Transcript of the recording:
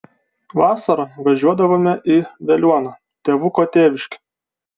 vasarą važiuodavome į veliuoną tėvuko tėviškę